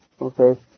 Okay